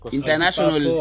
International